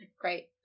Great